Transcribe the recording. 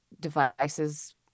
devices